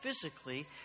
physically